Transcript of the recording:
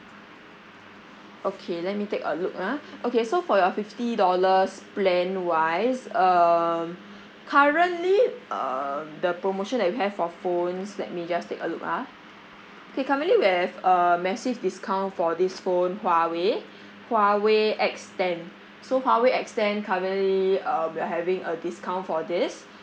okay let me take a look ah okay so for your fifty dollars plan wise um currently um the promotion that we have for phones let me just take a look ah K currently we have a massive discount for this phone huawei huawei X ten so huawei X ten currently um we are having a discount for this